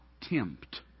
tempt